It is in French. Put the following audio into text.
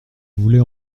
voulez